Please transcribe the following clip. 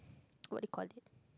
what you call it